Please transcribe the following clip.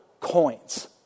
coins